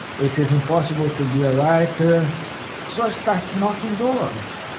it is impossible to be a writer so i start knocking doors.